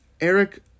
Eric